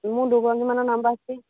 মোৰ দুজনীমানৰ নম্বৰ আছে